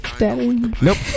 Nope